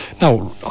now